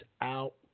out